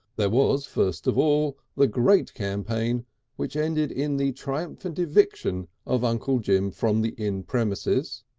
there was first of all the great campaign which ended in the triumphant eviction of uncle jim from the inn premises,